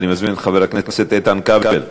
אני מזמין את חבר הכנסת איתן כבל.